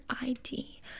ID